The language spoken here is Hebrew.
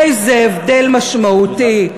איזה הבדל משמעותי.